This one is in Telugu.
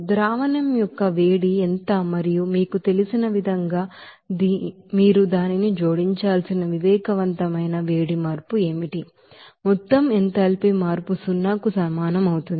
సొల్యూషన్ యొక్క హీట్ ఎంత మరియు మీకు తెలిసినవిధంగా మీరు దానిని జోడించాల్సిన ಸೆನ್ಸಿಬಲ್ ಹೀಟ್ ಚೇಂಜ್ ఏమిటి మొత్తం ఎంథాల్పీ చేంజ్ సున్నాకు సమానం అవుతుంది